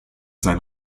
sein